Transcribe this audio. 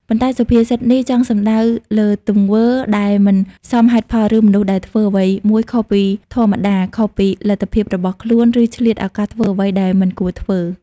ប៉ុន្តែសុភាសិតនេះចង់សំដៅលើទង្វើដែលមិនសមហេតុផល ឬមនុស្សដែលធ្វើអ្វីមួយខុសពីធម្មតា ខុសពីលទ្ធភាពរបស់ខ្លួន ឬឆ្លៀតឱកាសធ្វើអ្វីដែលមិនគួរធ្វើ។